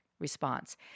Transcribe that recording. response